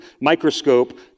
microscope